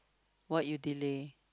what you delay